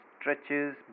stretches